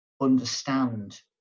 understand